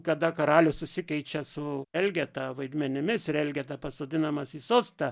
kada karalius susikeičia su elgeta vaidmenimis ir elgeta pasodinamas į sostą